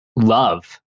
Love